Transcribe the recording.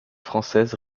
française